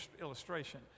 illustration